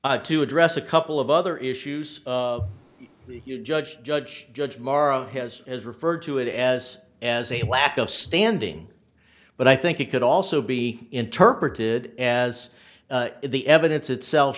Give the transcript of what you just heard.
the to address a couple of other issues the judge judge judge morrow has as referred to it as as a lack of standing but i think it could also be interpreted as the evidence itself